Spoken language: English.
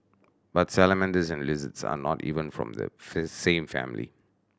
but salamanders and lizards are not even from the same family